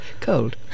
Cold